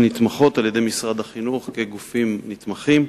שנתמכות על-ידי משרד החינוך כגופים נתמכים.